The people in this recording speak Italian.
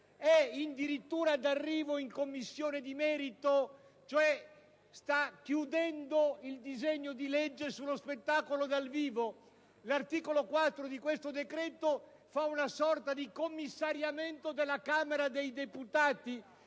è in dirittura d'arrivo in Commissione di merito, dacché sta concludendo l'esame del disegno di legge sullo spettacolo dal vivo. L'articolo 4 di questo decreto comporterebbe una sorta di commissariamento della Camera dei deputati